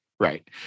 Right